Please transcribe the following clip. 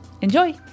Enjoy